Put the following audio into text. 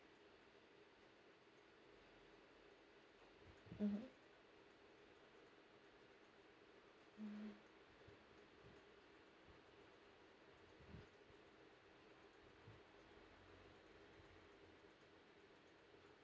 mmhmm mm